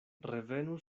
revenu